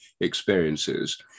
experiences